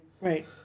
Right